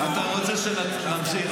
אתה רוצה שנמשיך?